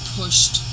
pushed